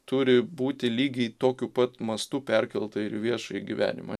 turi būti lygiai tokiu pat mastu perkelta į viešą gyvenimą